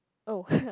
oh